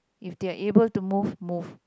if they are able to move move